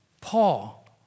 Paul